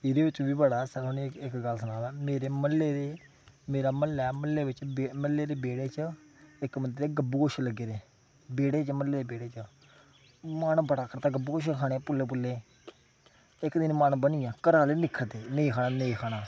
एह्दे बिच्च बी बड़ा हास्सा ऐ थुआनूं इक गल्ल सनां मेरे म्हल्ले दे मेरा म्हल्ला ऐ म्हल्ले बिच्च म्हल्ले दे बेड़ा च इक बंदे दे गब्बू गोशे लग्गे दे बेह्ड़े च म्हल्ले दे बेह्ड़े च मन बड़ा करदा गब्बू गोशे खाने दा पुल्ले पुल्ले इक दिन मन बनी गेआ घरै आह्ले निक्खरदे नेईं खाना नेईं खाना